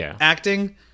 acting